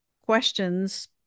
questions